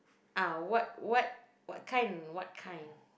ah what what what kind what kind